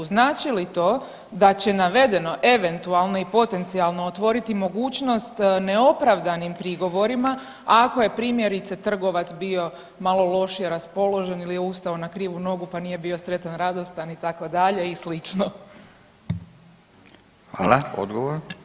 Znači li to da će navedeno eventualno i potencijalno otvoriti mogućnost neopravdanim prigovorima ako je primjerice trgovat bio malo lošije raspoložen ili je ustao na krivu nogu pa nije bio sretan, radostan itd. i sl.